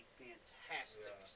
fantastic